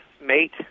mate